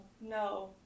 no